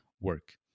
work